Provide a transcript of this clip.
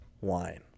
wine